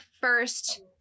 first